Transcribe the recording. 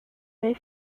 may